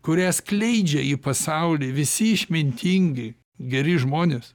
kurią skleidžia į pasaulį visi išmintingi geri žmonės